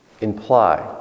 imply